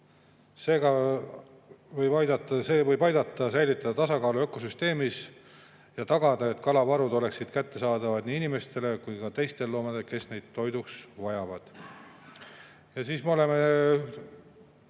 ja taastamiseks. See võib aidata säilitada tasakaalu ökosüsteemis ja tagada, et kalavarud oleksid kättesaadavad nii inimestele kui ka loomadele, kes neid toiduks vajavad. Ja me oleme